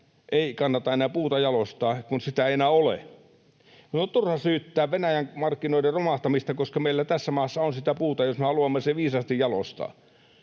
ei kannata enää puuta jalostaa, kun sitä ei enää ole. Meidän on turha syyttää Venäjän markkinoiden romahtamista, koska meillä tässä maassa on sitä puuta, jos me haluamme sen viisaasti jalostaa.